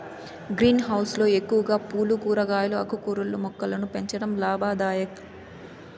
green house లో ఎక్కువగా పూలు, కూరగాయలు, ఆకుకూరల మొక్కలను పెంచడం లాభదాయకం